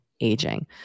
aging